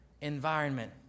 environment